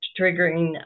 triggering